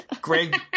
Greg